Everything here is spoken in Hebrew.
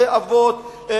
בתי-אבות,